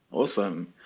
Awesome